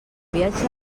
viatge